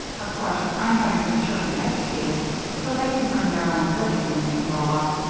of course i'm having the children educated so they can earn their own living when they grow up,